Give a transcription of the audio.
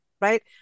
right